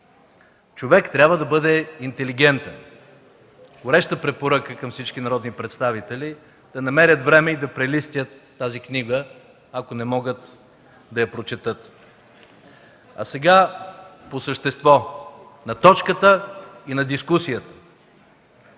„Човек трябва да бъде интелигентен”. Гореща препоръка към всички народни представители: да намерят време и да прелистят тази книга, ако не могат да я прочетат. А сега по същество на точката и на дискусията.